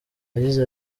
yagize